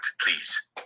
please